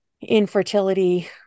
infertility